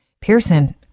Pearson